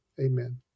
Amen